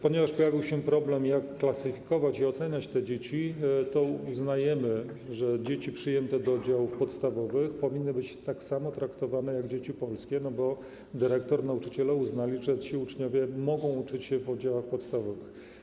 Ponieważ pojawił się problem, jak klasyfikować i oceniać te dzieci, to uznajemy, że dzieci przyjęte do oddziałów podstawowych powinny być tak samo traktowane jak dzieci polskie, bo dyrektor, nauczyciele uznali, że ci uczniowie mogą uczyć się w oddziałach podstawowych.